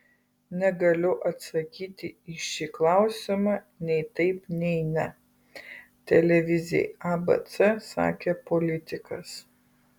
negaliu atsakyti į šį klausimą nei taip nei ne televizijai abc sakė politikas